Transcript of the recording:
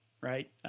right